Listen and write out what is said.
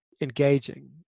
engaging